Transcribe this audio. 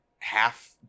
half